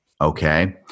Okay